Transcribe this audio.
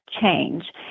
change